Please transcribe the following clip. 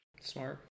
Smart